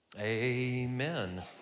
amen